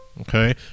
okay